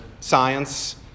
science